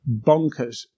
bonkers